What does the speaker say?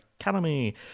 Academy